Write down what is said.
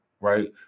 right